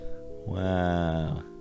Wow